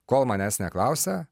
kol manęs neklausia